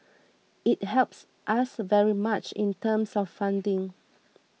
it helps us very much in terms of funding